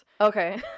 Okay